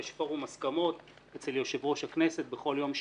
יש פורום הסכמות אצל יושב ראש הכנסת בכל יום שני,